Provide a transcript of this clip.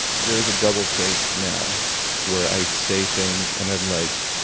there is a double take now where i say things and i'm like,